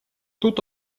тут